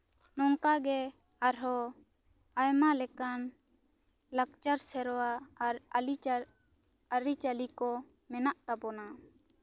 ᱱᱚᱝᱠᱟᱜᱮ ᱟᱨᱦᱚᱸ ᱟᱭᱢᱟ ᱞᱮᱠᱟᱱ ᱞᱟᱠᱪᱟᱨ ᱥᱮᱨᱣᱟ ᱟᱨ ᱟᱨᱹᱤ ᱪᱟᱹᱞᱤ ᱠᱚ ᱢᱮᱱᱟᱜ ᱛᱟᱵᱚᱱᱟ